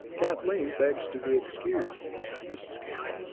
kathleen begs to be excused, said mrs. kent.